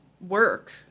work